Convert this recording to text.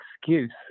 excuse